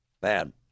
bad